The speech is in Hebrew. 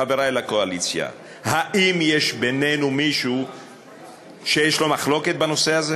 חברי הקואליציה: האם יש בינינו מישהו שיש לו מחלוקת בנושא הזה?